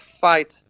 fight